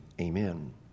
amen